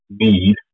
need